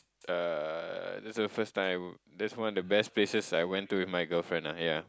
uh this is the first time this is one of the best places I went to with my girlfriend ah ya